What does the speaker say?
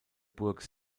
burg